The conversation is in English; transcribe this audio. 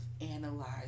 analyze